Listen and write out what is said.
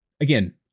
again